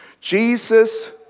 Jesus